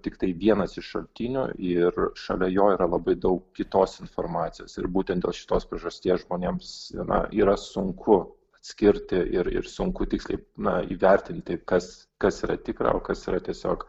tiktai vienas iš šaltinių ir šalia jo yra labai daug kitos informacijos ir būtent dėl šitos priežasties žmonėms yra yra sunku atskirti ir ir sunku tiksliai na įvertinti kas kas yra tikra o kas yra tiesiog